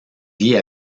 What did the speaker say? vit